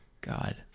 God